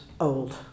old